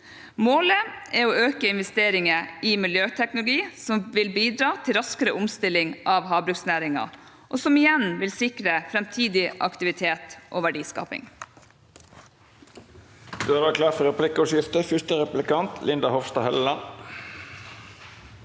Målet er å øke investeringer i miljøteknologi som vil bidra til raskere omstilling av havbruksnæringen, og som igjen vil sikre framtidig aktivitet og verdiskaping.